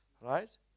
right